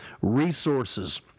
resources